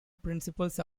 principles